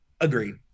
agreed